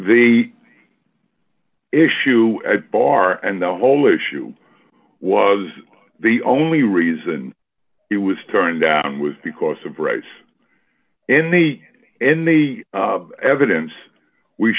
the issue bar and the whole issue was the only reason it was turned down was because of race in the in the evidence we